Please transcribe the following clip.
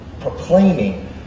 proclaiming